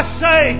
say